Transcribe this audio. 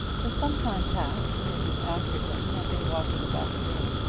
for some time past mrs. askerton had been walking about the room,